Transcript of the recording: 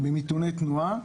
וממיתוני תנועה,